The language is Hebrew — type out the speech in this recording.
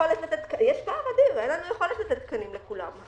יש פער אדיר, אבל אין לנו יכולת לתת תקנים לכולם.